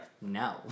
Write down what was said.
no